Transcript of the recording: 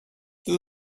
did